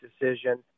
decision